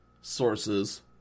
sources